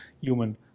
human